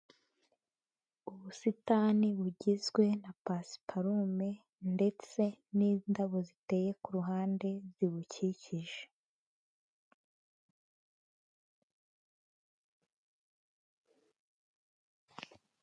Ubusitani bugizwe na pasiparume ndetse n'indabo ziteye kuruhande zibukikije.